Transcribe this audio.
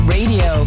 Radio